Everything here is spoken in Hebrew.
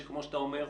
שכמו שאתה אומר,